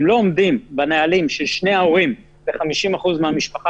אם לא עומדים בתנאי ששני ההורים ו-50% מהמשפחה